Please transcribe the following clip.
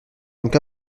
donc